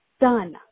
done